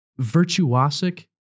virtuosic